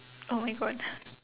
oh my god